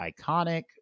iconic